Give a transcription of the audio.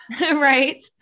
right